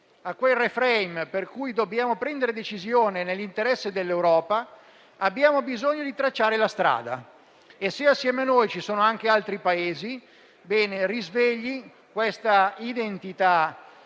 a quel *refrain* per cui dobbiamo prendere decisioni nell'interesse dell'Europa. Abbiamo bisogno di tracciare la strada e se assieme a noi ci sono anche altri Paesi, bene: risvegli questa identità